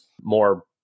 more